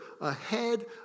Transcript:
ahead